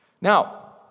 Now